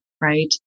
right